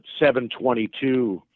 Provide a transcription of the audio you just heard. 722